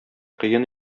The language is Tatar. кыен